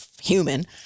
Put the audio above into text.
human